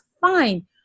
fine